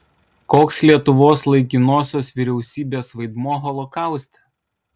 koks lietuvos laikinosios vyriausybės vaidmuo holokauste